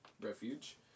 refuge